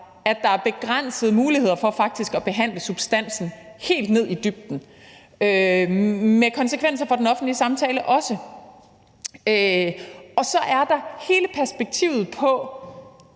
at der er begrænsede muligheder for faktisk at behandle substansen helt ned i dybden med konsekvenser for den offentlige samtale. Og så er der hele perspektivet,